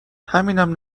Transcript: همینم